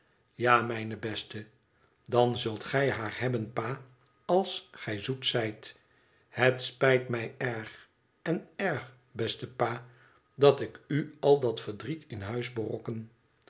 ja mijne beste dan zult gij haar hebben pa als gij zoet zijt het spijt mij erg en erg beste pa dat ik u al dat verdriet in huis berokken